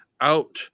out